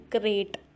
great